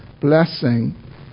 blessing